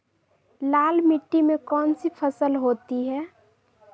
लाल मिट्टी में कौन सी फसल होती हैं?